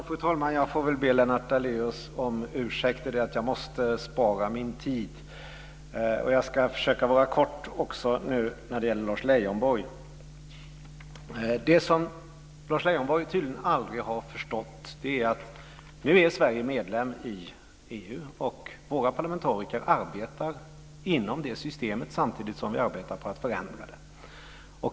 Fru talman! Jag får väl be Lennart Daléus om ursäkt. Det är bara det att jag måste spara min tid. Jag ska försöka vara kort nu också när det gäller Lars Det som Lars Leijonborg tydligen aldrig har förstått är att Sverige nu är medlem i EU och att våra parlamentariker arbetar inom det systemet samtidigt som vi arbetar på att förändra det.